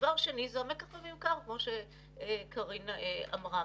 דבר שני זה המקח וממכר, כמו שקארין אמרה.